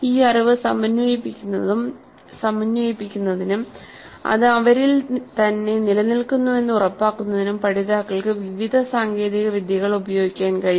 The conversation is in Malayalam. ഈ അറിവ് സമന്വയിപ്പിക്കുന്നതിനും അത് അവരിൽ തന്നെ നിലനിൽക്കുന്നുവെന്ന് ഉറപ്പാക്കുന്നതിനും പഠിതാക്കൾക്ക് വിവിധ സാങ്കേതിക വിദ്യകൾ ഉപയോഗിക്കാൻ കഴിയും